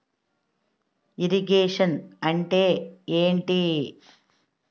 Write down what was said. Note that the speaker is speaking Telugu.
ఇరిగేషన్ అంటే ఏంటీ?